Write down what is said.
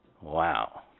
Wow